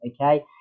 okay